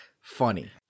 funny